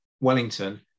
wellington